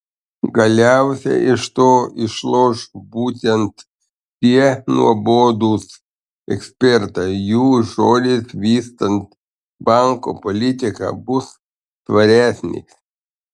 galiausiai iš to išloš būtent tie nuobodūs ekspertai jų žodis vystant banko politiką bus svaresnis